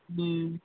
ᱦᱩᱸ